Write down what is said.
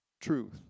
truth